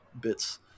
bits